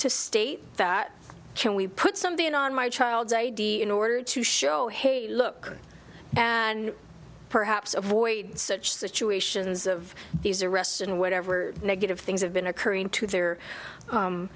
to state that we put something on my child's i d in order to show hey look and perhaps avoid such situations of these arrests and whatever negative things have been occurring to their